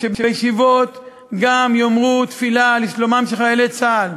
שבישיבות גם יאמרו תפילה לשלומם של חיילי צה"ל.